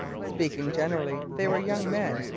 speaking generally, they were young men,